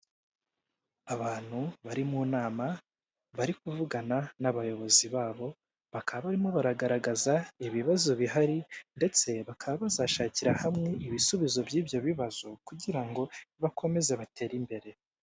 Abantu bari mu nama bari kuvugana n'abayobozi babo, bakaba barimo baragaragaza ibibazo bihari ndetse bakaba bazashakira hamwe ibisubizo by'ibyo bibazo kugira ngo bakomeze batere imbere.